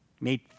Made